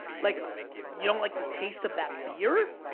like you don't like the taste of that beer?